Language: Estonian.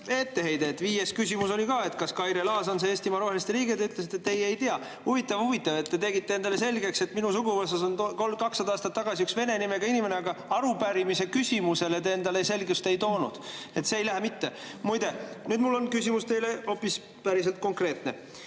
etteheide, et viies küsimus oli ka: kas Kaire Laas on see Eestimaa Roheliste liige. Te ütlesite, et teie ei tea. Huvitav-huvitav! Te tegite endale selgeks, et minu suguvõsas on olnud 200 aastat tagasi üks vene nimega inimene, aga arupärimise küsimustes te endale selgust ei loonud. See ei lähe mitte. Muide, nüüd mul on küsimus teile päriselt konkreetne.